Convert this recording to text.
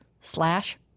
slash